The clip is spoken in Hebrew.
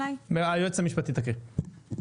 היועצת המשפטית תקריא.